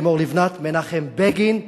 לימור לבנת: מנחם בגין,